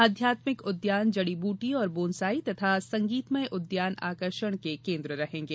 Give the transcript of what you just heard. आध्यात्मिक उद्यान जड़ी बूटी और बोनसाई तथा संगीतमय उद्यान आकर्षण के केन्द्र रहेंगे